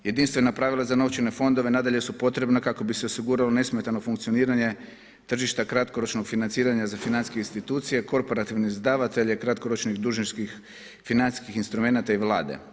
Jedinstvena pravila za novčane fondove nadalje su potrebna kako bi se osiguralo nesmetano funkcioniranje tržišta kratkoročnog financiranja za financijske institucije, korporativne izdavatelja kratkoročnih dužničkih financijskih instrumenata i vlade.